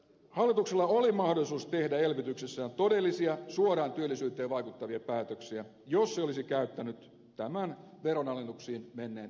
hallituksella oli mahdollisuus tehdä elvytyksessään todellisia suoraan työllisyyteen vaikuttavia päätöksiä jos se olisi käyttänyt tämän veronalennuksiin menneen liikkumatilansa toisin